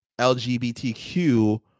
LGBTQ